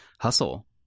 hustle